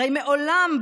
הרי מעולם,